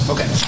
Okay